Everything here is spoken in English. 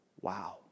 Wow